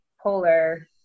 polar